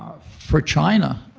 for china,